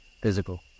physical